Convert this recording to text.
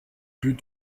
but